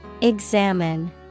examine